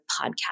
podcast